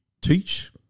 teach